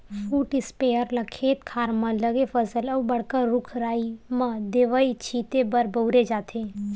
foot sprayer ल खेत खार म लगे फसल अउ बड़का रूख राई म दवई छिते बर बउरे जाथे